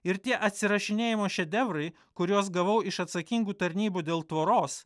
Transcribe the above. ir tie atsirašinėjimo šedevrai kuriuos gavau iš atsakingų tarnybų dėl tvoros